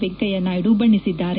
ವೆಂಕಯ್ಕನಾಯ್ಡು ಬಣ್ಣಿಸಿದ್ದಾರೆ